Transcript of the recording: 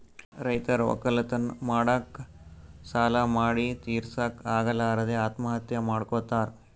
ರೈತರ್ ವಕ್ಕಲತನ್ ಮಾಡಕ್ಕ್ ಸಾಲಾ ಮಾಡಿ ತಿರಸಕ್ಕ್ ಆಗಲಾರದೆ ಆತ್ಮಹತ್ಯಾ ಮಾಡ್ಕೊತಾರ್